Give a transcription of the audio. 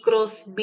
EBB